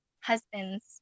husband's